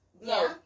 No